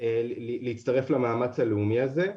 להצטרף למאמץ הלאומי הזה.